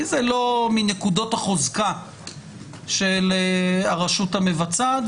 זה לא מנקודות החזקה של הרשות המבצעת,